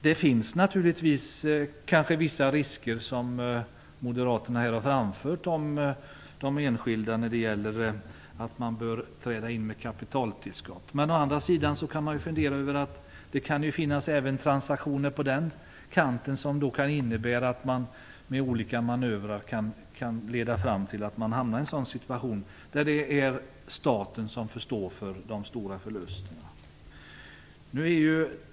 Det finns kanske, som moderaterna här har anfört, vissa risker förenade med krav på att enskilda skall träda in med kapitaltillskott. Men det kan å andra sidan också förekomma transaktioner som leder fram till en situation där staten får stå för de stora förlusterna.